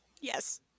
Yes